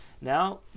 Now